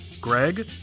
Greg